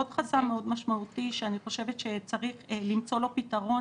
עוד חסם מאוד משמעותי שאני חושבת שצריך למצוא לו פתרון